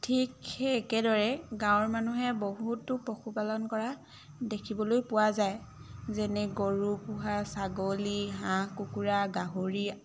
ঠিক সেই একেদৰে গাঁৱৰ মানুহে বহুতো পশুপালন কৰা দেখিবলৈ পোৱা যায় যেনে গৰু পোহা ছাগলী হাঁহ কুকুৰা গাহৰি